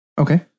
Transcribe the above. okay